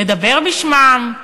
לדבר בשמם,